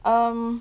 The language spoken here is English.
um